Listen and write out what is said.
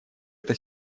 это